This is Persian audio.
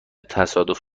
تصادف